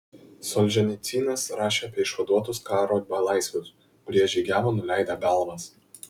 solženicynas rašė apie išvaduotus karo belaisvius kurie žygiavo nuleidę galvas